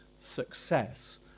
success